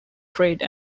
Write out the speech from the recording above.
trade